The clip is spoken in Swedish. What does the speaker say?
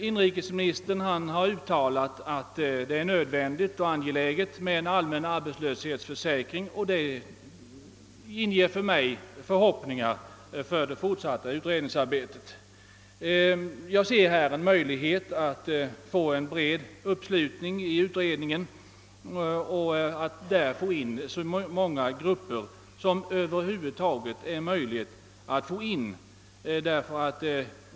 Inrikesministern har uttalat att det är nödvändigt och angeläget med en allmän arbetslöshetsförsäkring, och detta inger goda förhoppningar för det fortsatta utredningsarbetet. Jag ser här en möjlighet till en bred uppslutning i utredningen kring försöken att i arbetslöshetsförsäkringen få in så många grupper som möjligt.